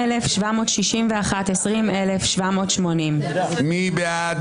20,761 עד 20,780. מי בעד?